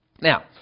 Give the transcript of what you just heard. Now